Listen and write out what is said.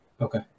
Okay